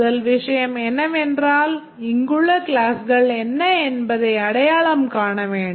முதல் விஷயம் என்னவென்றால் இங்குள்ள கிளாஸ்கள் என்ன என்பதை அடையாளம் காண வேண்டும்